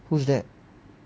who is that